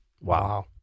Wow